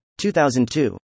2002